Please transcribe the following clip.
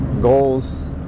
goals